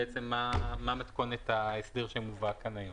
מה מתכונת ההסדר שמובא כאן היום.